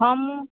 ହଁ ମୁଁ